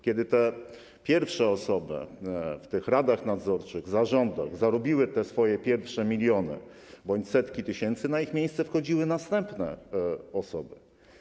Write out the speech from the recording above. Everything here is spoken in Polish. Kiedy te pierwsze osoby w tych radach nadzorczych, zarządach zarobiły te swoje pierwsze miliony bądź setki tysięcy, na ich miejsce wchodziły następne osoby.